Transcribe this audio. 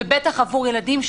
ובטח עבור ילדים,